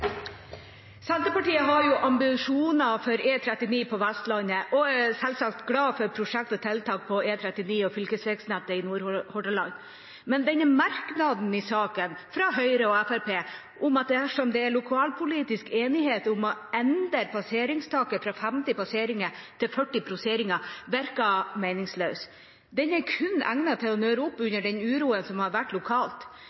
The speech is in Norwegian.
Senterpartiet har ambisjoner for E39 på Vestlandet og er selvsagt glad for prosjekt og tiltak på E39 og fylkesveinettet i Nordhordland. Men denne merknaden i saken fra Høyre og Fremskrittspartiet om å endre passeringstaket fra 50 passeringer til 40 passeringer dersom det er lokalpolitisk enighet, virker meningsløs. Den er kun egnet til å nøre opp